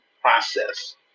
process